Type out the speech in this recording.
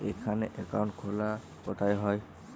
এখানে অ্যাকাউন্ট খোলা কোথায় হয়?